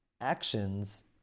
actions